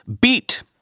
beat